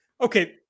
Okay